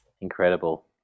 Incredible